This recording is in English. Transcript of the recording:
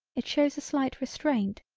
it shows a slight restraint,